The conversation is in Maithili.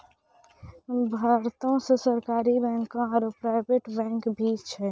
भारतो मे सरकारी बैंक आरो प्राइवेट बैंक भी छै